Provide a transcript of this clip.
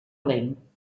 lent